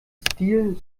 stil